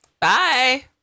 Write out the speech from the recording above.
Bye